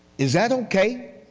is that okay?